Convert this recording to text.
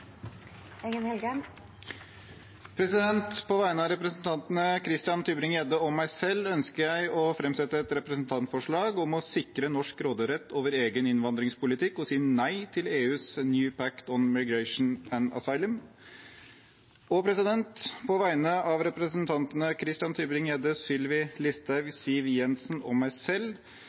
På vegne av representantene Christian Tybring-Gjedde og meg selv ønsker jeg å framsette et representantforslag om å sikre norsk råderett over egen innvandringspolitikk og si nei til EUs «New Pact on Migration and Asylum». Og på vegne av representantene Christian Tybring-Gjedde, Sylvi Listhaug, Siv Jensen og meg selv